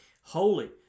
Holy